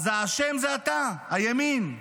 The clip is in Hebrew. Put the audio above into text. אז האשם זה אתה, הימין.